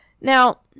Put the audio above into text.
Now